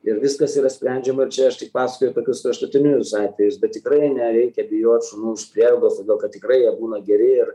ir viskas yra sprendžiama ir čia aš tik pasakoju tokius kraštutinius atvejus bet tikrai nereikia bijot šunų iš prieglaudos todėl kad tikrai jie būna geri ir